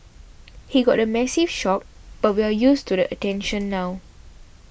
he got a massive shock but we're used to the attention now